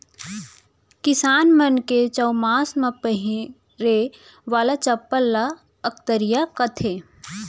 किसान मन के चउमास म पहिरे वाला चप्पल ल अकतरिया कथें